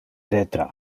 detra